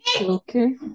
Okay